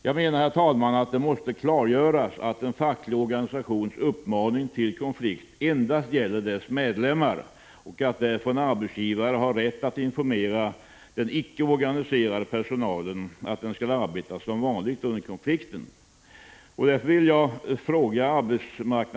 Jag menar, herr talman, att det måste klargöras att en facklig organisations uppmaning till konflikt endast gäller dess medlemmar och att en arbetsgivare därför har rätt att informera den icke organiserade personalen att den skall arbeta som vanligt under konflikten.